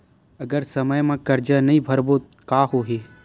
अगर समय मा कर्जा नहीं भरबों का होई?